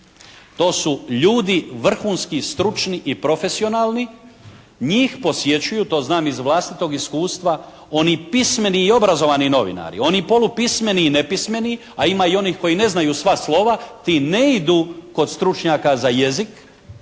to su ljudi vrhunski, stručni i profesionalni. Njih posjećuju, to znam iz vlastitog iskustva, oni pismeni i obrazovani novinari. Oni polupismeni i nepismeni, a ima i onih koji ne znaju sva slova, ti ne idu kod stručnjaka za jezik